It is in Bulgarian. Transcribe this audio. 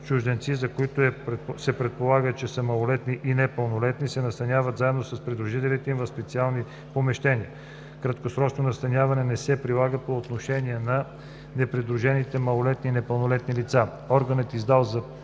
Чужденци, за които се предполага, че са малолетни и непълнолетни, се настаняват заедно с придружителите им в специални помещения. Краткосрочно настаняване не се прилага по отношение на непридружените малолетни и непълнолетни лица. Органът, издал